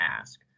ask